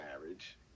marriage